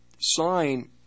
sign